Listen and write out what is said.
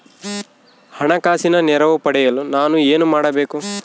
ಹಣಕಾಸಿನ ನೆರವು ಪಡೆಯಲು ನಾನು ಏನು ಮಾಡಬೇಕು?